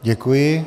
Děkuji.